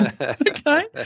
okay